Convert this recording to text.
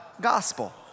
Gospel